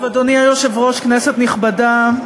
אדוני היושב-ראש, כנסת נכבדה,